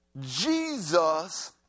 Jesus